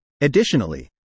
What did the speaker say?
Additionally